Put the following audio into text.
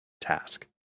task